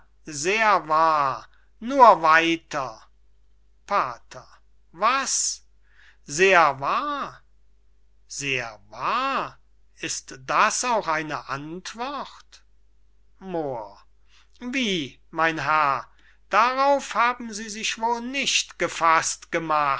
sehr wahr nur weiter pater was sehr wahr sehr wahr ist das auch eine antwort moor wie mein herr darauf haben sie sich wohl nicht gefaßt gemacht